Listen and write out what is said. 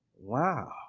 Wow